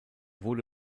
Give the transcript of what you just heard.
wurde